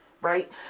right